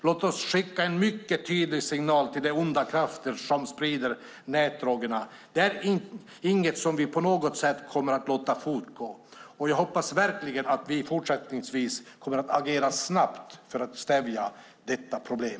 Låt oss skicka en mycket tydlig signal till de onda krafter som sprider nätdrogerna att det inte är något som vi kommer att låta fortgå! Jag hoppas verkligen att vi fortsättningsvis kommer att agera snabbt för att stävja detta problem.